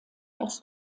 als